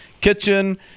Kitchen